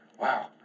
Wow